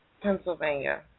Pennsylvania